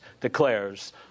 declares